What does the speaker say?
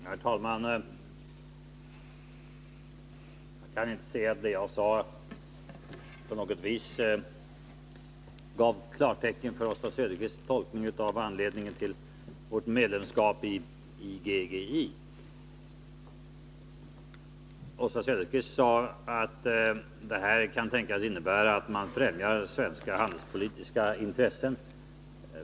Herr talman! Jag kan inte inse att det jag sade på något vis gav klartecken för Oswald Söderqvists tolkning av anledningen till vårt observatörsskap i IGGI. Oswald Söderqvist sade att vårt observatörsskap kan innebära att vi främjar svenska handelspolitiska intressen.